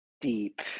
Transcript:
deep